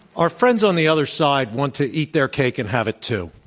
our friends on the other side want to eat their cake and have it too.